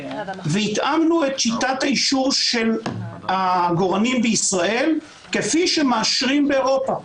והתאמנו את שיטת האישור של העגורנים בישראל כפי שמאשרים באירופה.